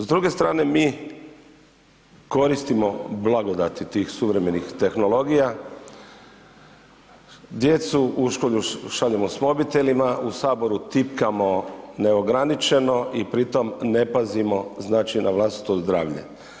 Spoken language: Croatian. S druge strane mi koristimo blagodati tih suvremenih tehnologija, djecu u školu šaljemo s mobitelima, u saboru tipkamo neograničeno i pri tom ne pazimo znači na vlastito zdravlje.